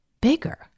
bigger